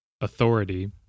authority